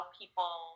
people